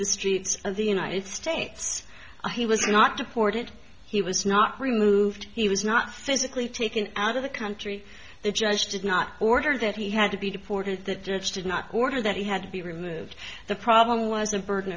the streets of the united states he was not deported he was not removed he was not physically taken out of the country the judge did not order that he had to be deported the judge did not order that he had to be removed the problem was the burden